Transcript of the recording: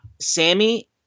Sammy